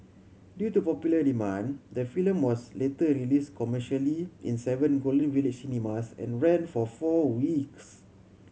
due to popular demand the film was later released commercially in seven Golden Village cinemas and ran for four weeks